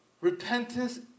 Repentance